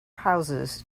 houses